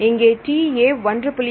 இங்கே TA 1